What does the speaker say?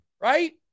right